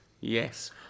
Yes